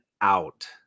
out